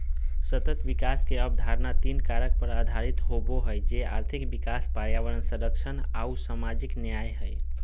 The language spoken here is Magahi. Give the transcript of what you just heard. सतत विकास के अवधारणा तीन कारक पर आधारित होबो हइ, जे आर्थिक विकास, पर्यावरण संरक्षण आऊ सामाजिक न्याय हइ